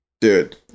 Dude